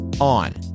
on